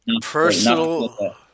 Personal